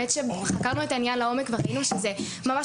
חקרנו את העניין לעומק וראינו שזה ממש